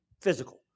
physical